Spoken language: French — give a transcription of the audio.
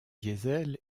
diesel